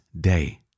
day